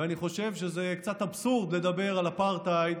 ואני חושב שזה קצת אבסורד לדבר על אפרטהייד,